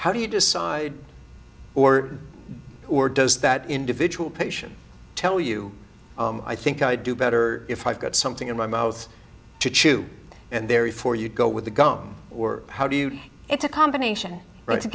how do you decide or or does that individual patient tell you i think i do better if i've got something in my mouth to chew and there efore you go with the gum or how do you know it's a combination